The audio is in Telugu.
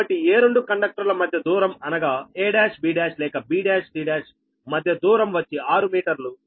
కాబట్టి ఏ రెండు కండక్టర్ ల మధ్య దూరం అనగా a1b1 లేక b1c1 మధ్య దూరం వచ్చి ఆరు మీటర్లు